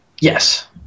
Yes